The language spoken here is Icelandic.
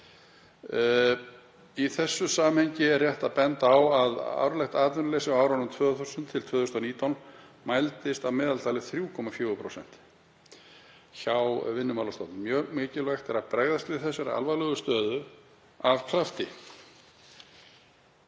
„Í þessu samhengi er rétt að benda á að árlegt atvinnuleysi á árunum 2000–2019 mældist að meðaltali um 3,4 prósent hjá Vinnumálastofnun. Mjög mikilvægt er að bregðast við þessari alvarlegu stöðu af krafti.